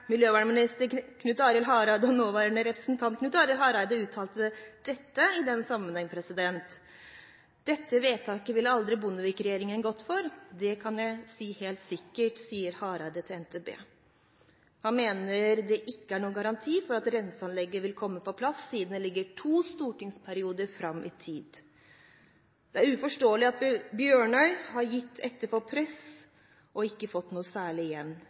miljøvernminister og nåværende stortingsrepresentant Knut Arild Hareide uttalte seg også til NTB i denne sammenheng: «Dette vedtaket ville aldri Bondevik-regjeringen gått for. Det kan jeg si helt sikkert.» Han mente at det ikke er noen garantier for at renseanlegget vil komme på plass, siden det ligger to stortingsperioder fram i tid. Videre uttalte han: «Det er uforståelig at Bjørnøy har gitt etter for press, og ikke fått noe særlig igjen.